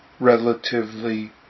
relatively